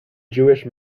jewish